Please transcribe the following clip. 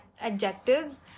adjectives